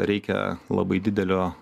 reikia labai didelio